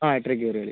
എട്ടരയ്ക്ക് കയറിയാൽ